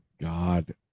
God